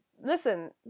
listen